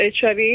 HIV